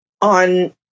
on